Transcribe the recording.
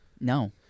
No